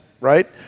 right